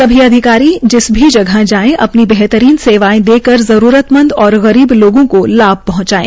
सभी अधिकारी जिस भी जगह जाएं अपनी बेहतरीन सेवाएं देकर जरूरतमंद और गरीब लोगों को लाभ पहुचाएं